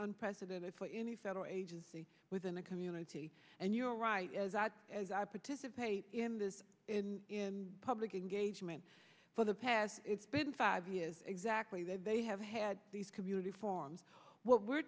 unprecedented for any federal agency within a community and you're right that as i participate in this in public engagement for the past it's been five years exactly where they have had these community forms what we're